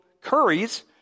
curries